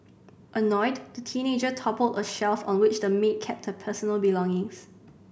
annoyed the teenager toppled a shelf on which the maid kept her personal belongings